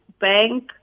bank